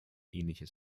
ähnliches